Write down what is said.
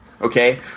okay